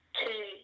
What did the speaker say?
two